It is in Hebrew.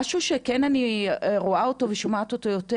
משהו שאני כן רואה אותו ושומעת אותו יותר,